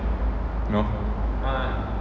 no